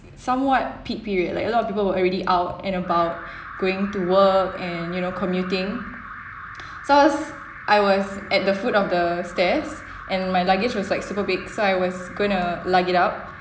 somewhat peak period like a lot of people were already out and about going to work and you know commuting so I was I was at the foot of the stairs and my luggage was like super big so I was gonna lug it up